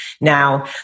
Now